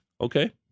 Okay